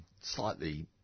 Slightly